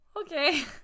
okay